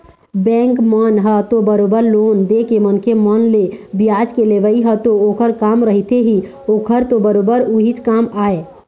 bank मन ह तो बरोबर लोन देके मनखे मन ले बियाज के लेवई ह तो ओखर काम रहिथे ही ओखर तो बरोबर उहीच काम आय